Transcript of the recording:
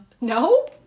No